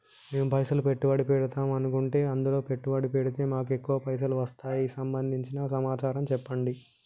మేము పైసలు పెట్టుబడి పెడదాం అనుకుంటే ఎందులో పెట్టుబడి పెడితే మాకు ఎక్కువ పైసలు వస్తాయి సంబంధించిన సమాచారం చెప్పండి?